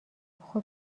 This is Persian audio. خوب